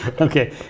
Okay